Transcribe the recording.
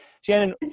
Shannon